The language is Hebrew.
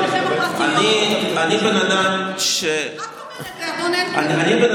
אני בן אדם לא מחודד --- אני רק אומרת,